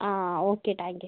ആ okay thank you